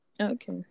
Okay